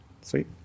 Sweet